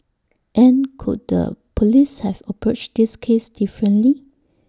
and could the Police have approached this case differently